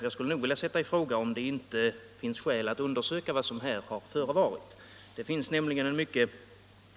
Jag skulle vilja sätta i fråga om det inte finns skäl att undersöka vad som här har förevarit.